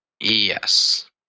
Yes